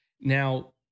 Now